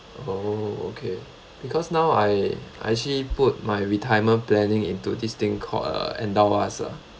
oh okay because now I I actually put my retirement planning into this thing called ah endowus ah